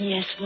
Yes